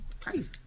Crazy